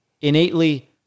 innately